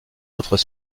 autres